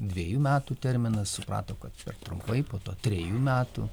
dvejų metų terminas suprato kad per trumpai po to trejų metų